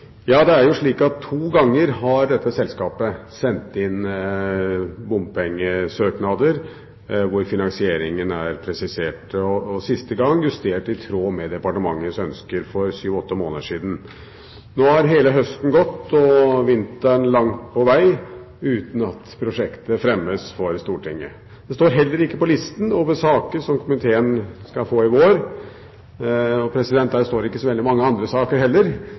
Det er slik at to ganger har dette selskapet sendt inn bompengesøknader, hvor finansieringen er presisert – siste gang justert i tråd med departementets ønsker, for syv–åtte måneder siden. Nå har hele høsten gått og vinteren langt på veg, uten at prosjektet fremmes for Stortinget. Det står heller ikke på listen over saker som komiteen skal få i vår. Der står det ikke så veldig mange andre saker heller,